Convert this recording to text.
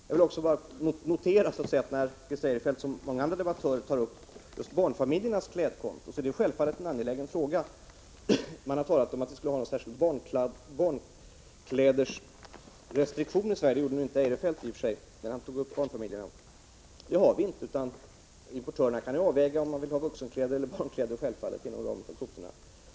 Jag vill också bara notera att när Christer Eirefelt, liksom många andra debattörer, tar upp barnfamiljernas klädkonto är detta självfallet en angelägen fråga. Man har talat om att ha något slags restriktioner på barnkläder. Det gjorde nu inte Christer Eirefelt när han tog upp barnfamiljerna. Vi har inga sådana restriktioner. Importörerna kan avväga om de vill ha vuxenkläder eller barnkläder inom ramen för bestämda kvoter.